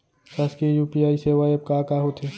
शासकीय यू.पी.आई सेवा एप का का होथे?